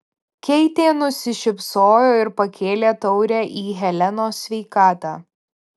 keitė nusišypsojo ir pakėlė taurę į helenos sveikatą